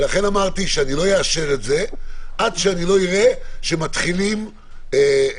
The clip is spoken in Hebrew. ולכן אמרתי שאני לא אאשר את זה עד שאני אראה שמתחילים למצוא